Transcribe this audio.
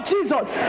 Jesus